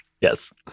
Yes